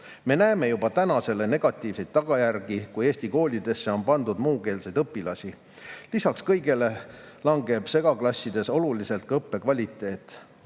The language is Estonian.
Me näeme juba täna selle negatiivseid tagajärgi, kui eesti koolidesse on pandud muukeelseid õpilasi. Lisaks kõigele langeb segaklassides oluliselt õppekvaliteet.